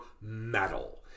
metal